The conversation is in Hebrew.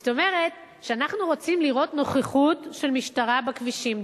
זאת אומרת שאנחנו רוצים לראות נוכחות של משטרה בכבישים,